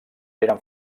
eren